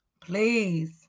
please